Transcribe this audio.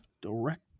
direct